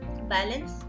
Balance